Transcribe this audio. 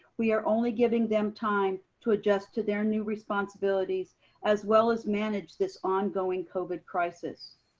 we are only giving them time to adjust to their new responsibilities as well as manage this ongoing covid crisis.